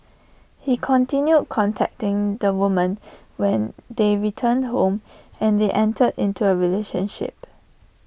he continued contacting the woman when they returned home and they entered into A relationship